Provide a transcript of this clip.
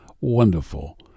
wonderful